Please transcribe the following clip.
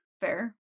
Fair